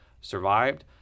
survived